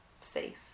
safe